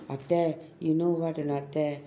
அத்தை:atthai you know what or not அத்தை:atthai